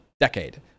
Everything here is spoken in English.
decade